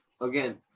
again